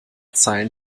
zeilen